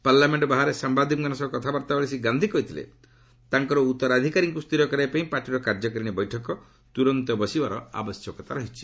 parliament ବାହାରେ ସାମ୍ଭାଦିକମାନଙ୍କ ସହ କଥାବାର୍ତ୍ତାବେଳେ ଶ୍ରୀ ଗାନ୍ଧି କହିଥିଲେ ତାଙ୍କର ଉତ୍ତରାଧିକାରୀଙ୍କୁ ସ୍ଥିର କରିବାପାଇଁ ପାର୍ଟିର କାର୍ଯ୍ୟକାରିଣୀ ବୈଠକ ତୁରନ୍ତ ବସିବାର ଆବଶ୍ୟକତା ରହିଛି